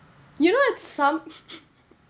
you know what some